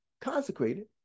consecrated